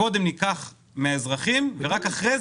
כוח אדם?